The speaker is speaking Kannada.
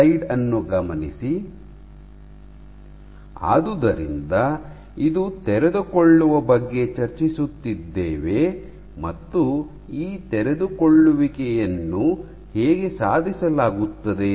ಆದುದರಿಂದ ಇದು ತೆರೆದುಕೊಳ್ಳುವ ಬಗ್ಗೆ ಚರ್ಚಿಸುತ್ತಿದ್ದೇವೆ ಮತ್ತು ಈ ತೆರೆದುಕೊಳ್ಳುವಿಕೆಯನ್ನು ಹೇಗೆ ಸಾಧಿಸಲಾಗುತ್ತದೆ